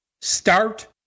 Start